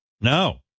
no